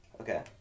Okay